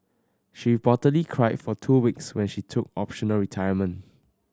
she reportedly cried for two weeks when she took optional retirement